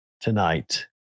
tonight